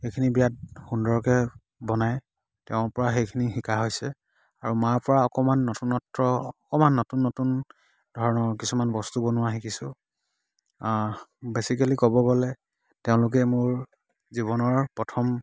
এইখিনি বিৰাট সুন্দৰকৈ বনায় তেওঁৰ পৰা সেইখিনি শিকা হৈছে আৰু মাৰ পৰা অকণমান নতুনত্ব অকণমান নতুন নতুন ধৰণৰ কিছুমান বস্তু বনোৱা শিকিছোঁ বেচিকেলি ক'ব গ'লে তেওঁলোকেই মোৰ জীৱনৰ প্ৰথম